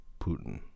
Putin